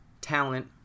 Talent